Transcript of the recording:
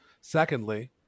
secondly